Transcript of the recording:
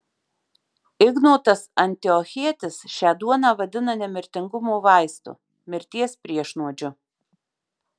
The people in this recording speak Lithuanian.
ignotas antiochietis šią duoną vadina nemirtingumo vaistu mirties priešnuodžiu